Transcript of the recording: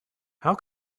how